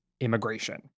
immigration